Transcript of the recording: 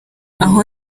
aha